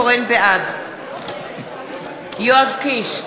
בעד יואב קיש,